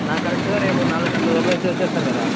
నాకు కరెక్ట్గా రేపు నాలుగు గంటల లోపు అయితే ఇచ్చేస్తారు కదా